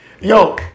Yo